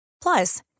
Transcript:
Plus